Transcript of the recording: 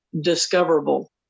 discoverable